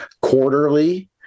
quarterly